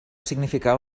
significar